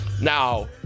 Now